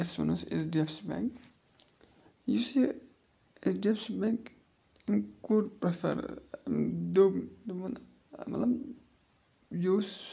یَتھ وَنو أسۍ H D F C bank یُس یہِ H D F C bank أمۍ کوٚر پرٛٮ۪فَر دوٚپ دوٚپُن مطلب یُس